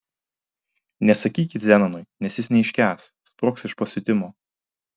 nesakykit zenonui nes jis neiškęs sprogs iš pasiutimo